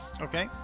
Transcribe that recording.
Okay